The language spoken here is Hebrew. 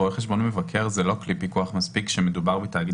רואה חשבון מבקר הוא לא כלי פיקוח מספיק כאשר מדובר בתאגיד